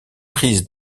prise